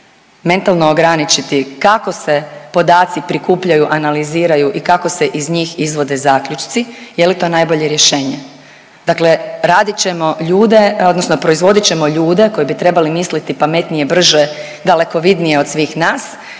mentalno ograničiti kako se podaci prikupljaju, analiziraju i kako se iz njih izvode zaključci. Je li to najbolje rješenje? Dakle, radit ćemo ljude, odnosno proizvodit ćemo ljude koji bi trebali misliti pametnije, bržije, dalekovidnije od svih nas